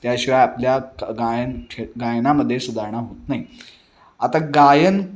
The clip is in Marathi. त्याशिवाय आपल्या गायनक्षे गायनामध्ये सुधारणा होत नाही आता गायन